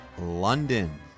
London